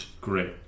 Great